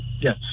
Yes